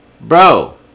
Bro